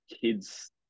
kids